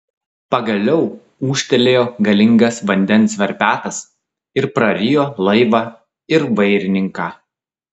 pagaliau ūžtelėjo galingas vandens verpetas ir prarijo laivą ir vairininką